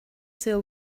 till